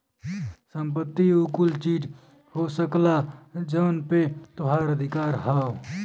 संपत्ति उ कुल चीज हो सकला जौन पे तोहार अधिकार हौ